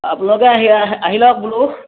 আপোনালোকে আহি আহি লওক বুলু